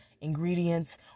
ingredients